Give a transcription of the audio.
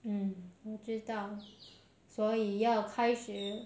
mm 我知道所以要开始